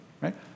right